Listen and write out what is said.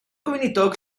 gweinidog